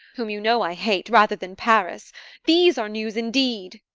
whom you know i hate, rather than paris these are news indeed!